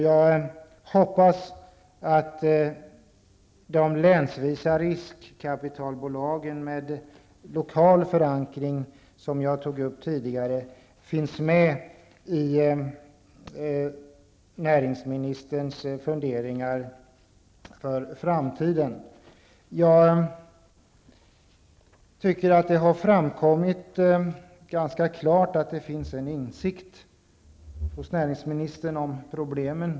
Jag hoppas att de länsvisa riskkapitalbolagen med lokal förankring, vilket jag tog upp tidigare, finns med i näringsministerns funderingar för framtiden. Jag tycker att det har framkommit ganska klart att det finns en insikt hos näringsministern om problemen.